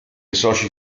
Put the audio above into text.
soci